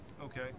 Okay